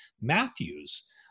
Matthews